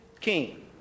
king